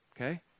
Okay